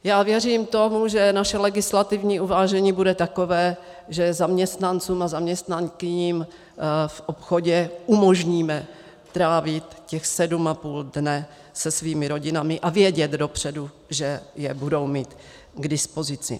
Já věřím tomu, že naše legislativní uvážení bude takové, že zaměstnancům a zaměstnankyním v obchodě umožníme trávit těch sedm a půl dne se svými rodinami a vědět dopředu, že je budou mít k dispozici.